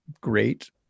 great